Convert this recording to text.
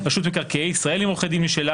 רשות מקרקעי ישראל עם עורך דין משלה